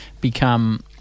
become